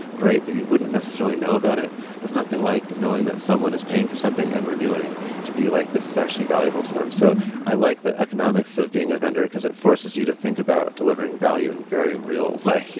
great. but you wouldn't necessarily know about it there's nothing like knowing that someone is paying for something and renewing to be like, this is actually valuable to them. so i like the economics of being a vendor, because it forces you to think about delivering value in a very real way.